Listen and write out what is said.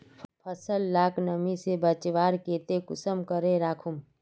फसल लाक नमी से बचवार केते कुंसम करे राखुम?